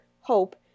Hope